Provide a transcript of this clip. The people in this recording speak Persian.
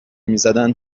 میزدن